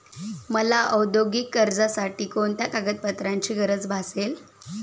मला औद्योगिक कर्जासाठी कोणत्या कागदपत्रांची गरज भासेल?